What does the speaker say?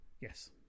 yes